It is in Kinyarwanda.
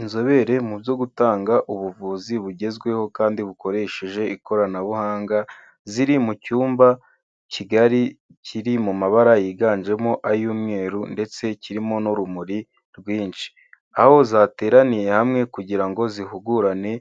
Inzobere mu byo gutanga ubuvuzi bugezweho kandi bukoresheje ikoranabuhanga, ziri mu cyumba kigari kiri mu mabara yiganjemo ay'umweru ndetse kirimo n'urumuri rwinshi. Aho zateraniye hamwe kugira ngo zihugurane